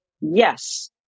yes